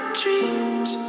dreams